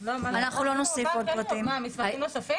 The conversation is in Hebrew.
פרטים.